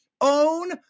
own